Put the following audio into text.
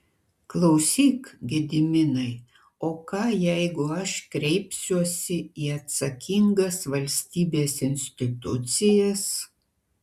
klausyk gediminai o ką jeigu aš kreipsiuosi į atsakingas valstybės institucijas